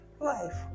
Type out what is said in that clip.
life